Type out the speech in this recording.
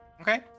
Okay